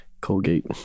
Colgate